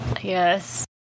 Yes